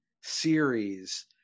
series